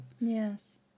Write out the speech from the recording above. Yes